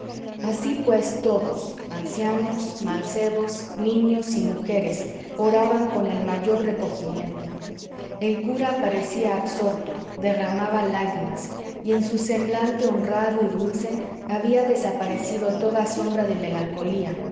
así pues todos ancianos mancebos niños y mujeres oraban con el mayor recogimiento el cura parecía absorto derramaba lágrimas y en su semblante honrado y dulce había desaparecido toda sombra de melancolía